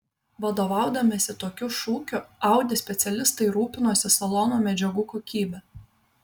vadovaudamiesi tokiu šūkiu audi specialistai rūpinosi salono medžiagų kokybe